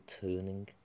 turning